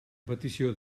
petició